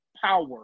power